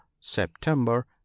september